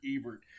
Ebert